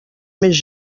més